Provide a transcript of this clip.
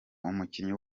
umukinnyi